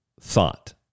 thought